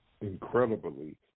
incredibly